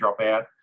dropout